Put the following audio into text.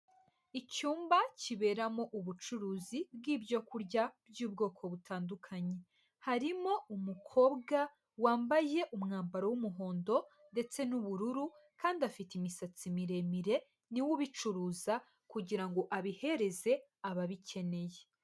Icyumba kiberamo ubucuruzi bw'ibyo kurya by'ubwoko butandukanye. Harimo umukobwa wambaye umwambaro w'umuhondo ndetse n'ubururu kandi afite imisatsi miremire, ni we ubicuruza kugira ngo abihereze ababikeneye.